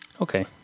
Okay